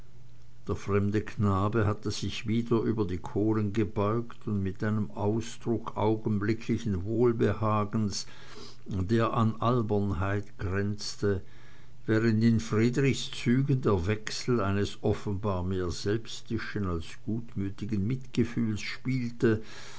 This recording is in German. der fremde knabe hatte sich wieder über die kohlen gebeugt mit einem ausdruck augenblicklichen wohlbehagens der an albernheit grenzte während in friedrichs zügen der wechsel eines offenbar mehr selbstischen als gutmütigen mitgefühls spielte